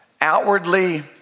outwardly